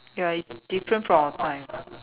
ya it's different from our time